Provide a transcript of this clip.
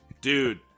Dude